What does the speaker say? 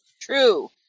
True